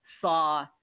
saw